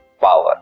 power